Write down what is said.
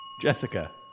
Jessica